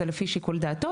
זה לפי שיקול דעתו,